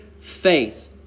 faith